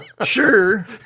sure